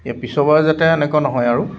এই পিছৰবাৰ যাতে এনেকুৱা নহয় আৰু